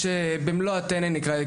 במלוא הטנא,